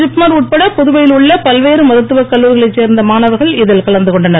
திப்மர் உட்பட புதுவையில் உள்ள பல்வேறு மருத்துவக் கல்லூரிகளைச் சேர்ந்த மாணவர்கள் இதில் கலந்துகொண்டனர்